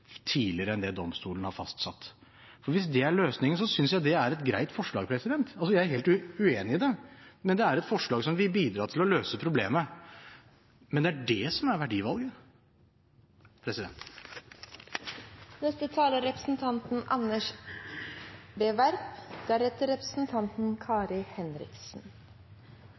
tidligere enn det domstolen har fastsatt? Hvis det er løsningen, synes jeg det er et greit forslag. Jeg er altså helt uenig i det, men det er et forslag som vil bidra til å løse problemet. Det er det som er verdivalget. Jeg vil takke representanten Henriksen for hyggelige karakteristikker, og jeg har ingen problemer med å returnere dem til representanten